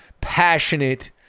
passionate